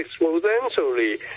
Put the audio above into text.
exponentially